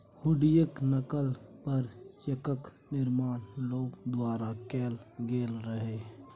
हुंडीयेक नकल पर चेकक निर्माण लोक द्वारा कैल गेल रहय